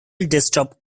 desktop